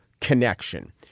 connection